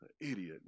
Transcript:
Idiot